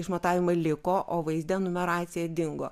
išmatavimai liko o vaizde numeracija dingo